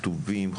כתובים,